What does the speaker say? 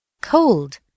Cold